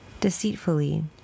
deceitfully